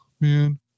man